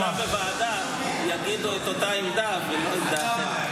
בוועדה יגידו את אותה עמדה ולא את דעתם,